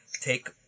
take